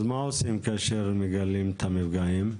אז מה עושים כאשר מגלים את המפגעים?